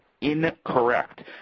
incorrect